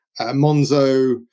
Monzo